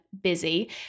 busy